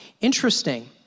Interesting